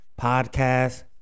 podcast